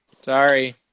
Sorry